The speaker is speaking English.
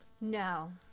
no